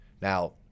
now